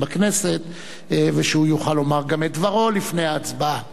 בכנסת ושהוא יוכל לומר גם את דברו לפני ההצבעה.